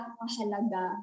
mahalaga